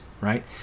right